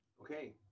Okay